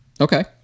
Okay